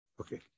Okay